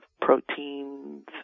proteins